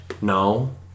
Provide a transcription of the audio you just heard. No